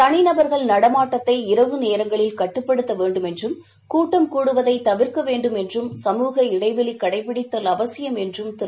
தளி நடர்கள் நடமாட்டத்தை இரவு நேரங்களில் கட்டுப்படுத்த வேண்டும் என்றும் கூட்டம் கூடுவதைத் தவிர்க்க வேண்டும் என்றும் சமுக இடைவெளி கடைபிடித்தல் அவசியம் என்றும் திரு